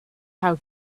how